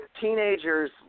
teenagers